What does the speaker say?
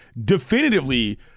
definitively